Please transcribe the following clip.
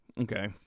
Okay